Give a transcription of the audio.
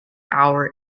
our